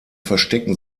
verstecken